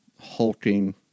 hulking